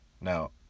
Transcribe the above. Now